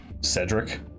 Cedric